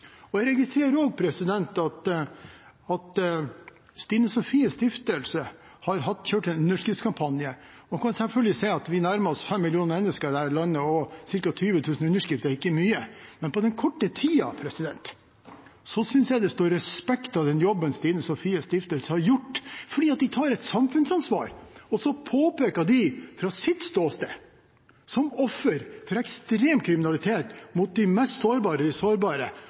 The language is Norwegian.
pst. Jeg registrerer også at Stine Sofies Stiftelse har kjørt en underskriftskampanje. Man kan selvfølgelig si at vi nærmer oss 5 millioner mennesker i dette landet, og at ca. 20 000 underskrifter er ikke mye. Men på den korte tiden synes jeg det står respekt av den jobben Stine Sofies Stiftelse har gjort, fordi de tar et samfunnsansvar. Fra sitt ståsted – som offer for ekstrem kriminalitet mot de mest sårbare